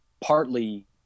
partly